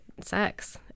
sex